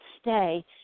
stay